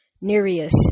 Nereus